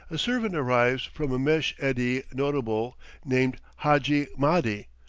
a servant arrives from a mesh-edi notable named hadji mahdi,